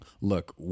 look